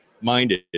minded